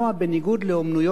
בניגוד לאמנויות